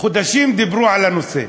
חודשים דיברו על הנושא.